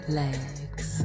legs